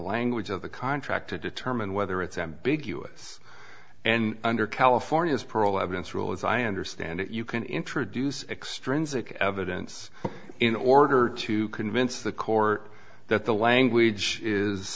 language of the contract to determine whether it's ambiguous and under california's pearl evidence rule as i understand it you can introduce extrinsic evidence in order to convince the court that the language is